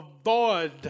avoid